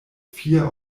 vier